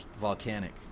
volcanic